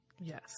Yes